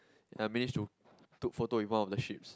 and I manage to took photo with one of the sheeps